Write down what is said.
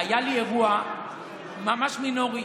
היה לי אירוע ממש מינורי.